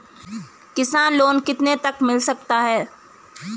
किसान लोंन कितने तक मिल सकता है?